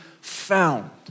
found